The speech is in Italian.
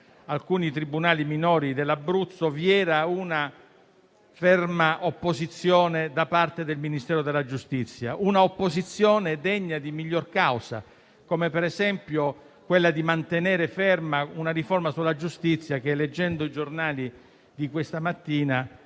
alcuni tribunali minori dell'Abruzzo vi era una ferma opposizione da parte del Ministero della giustizia, una opposizione degna di miglior causa, come per esempio quella di mantenere ferma una riforma sulla giustizia che, leggendo i giornali di questa mattina,